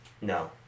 No